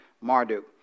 Marduk